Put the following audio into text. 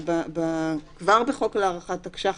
כבר בחוק להארכת תקש"ח,